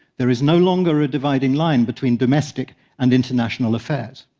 there is no longer a dividing line between domestic and international affairs.